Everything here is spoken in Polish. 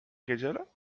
niedzielę